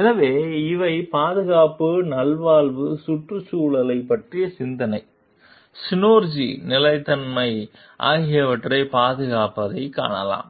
எனவே இவை பாதுகாப்பு நல்வாழ்வு சுற்றுச்சூழலைப் பற்றிய சிந்தனை சினெர்ஜி நிலைத்தன்மை ஆகியவற்றைப் பாதுகாப்பதைக் காணலாம்